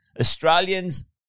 Australians